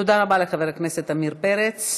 תודה רבה לחבר הכנסת עמיר פרץ.